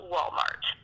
Walmart